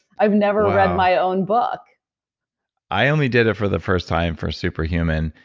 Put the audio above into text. i've never read my own book i only did it for the first time for super human.